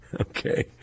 Okay